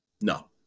No